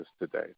today